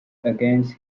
against